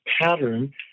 pattern